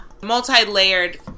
Multi-layered